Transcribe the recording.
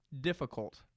difficult